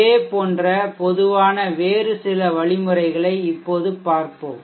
இதேபோன்ற பொதுவான வேறு சில வழிமுறைகளை இப்போது பார்ப்போம்